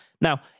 Now